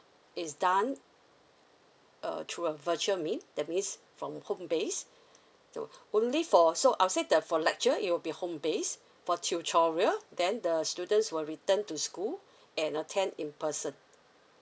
is done uh through a virtual mean that means from home base so only for so I'll say the for lecture it'll be home base for tutorial then the students will return to school and attend in person